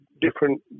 different